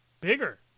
Bigger